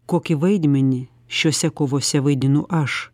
kokį vaidmenį šiose kovose vaidinu aš